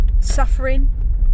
suffering